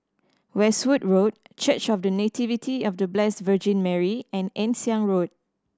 Westwood Road Church of The Nativity of The Blessed Virgin Mary and Ann Siang Road